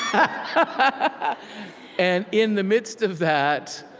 and and in the midst of that,